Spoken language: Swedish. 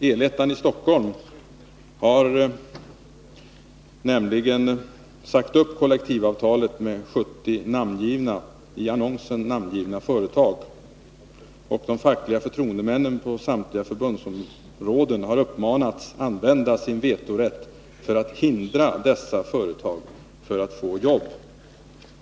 El-ettan i Stockholm har sagt upp kollektivavtalet med 70 i annonsen namngivna företag. De fackliga förtroendemännen på samtliga förbundsområden har uppmanats använda sin vetorätt för att hindra dessa företag från att få jobb.